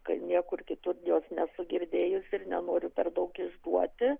kad niekur kitur jos nesu girdėjusi ir nenoriu per daug išduoti